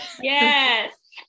Yes